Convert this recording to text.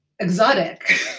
exotic